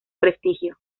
prestigio